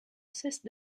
cesse